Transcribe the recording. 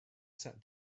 sat